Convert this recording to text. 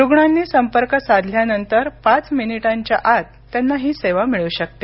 रुग्णांनी संपर्क साधल्यानंतर पाच मिनिटांच्या आत त्यांना ही सेवा मिळू शकते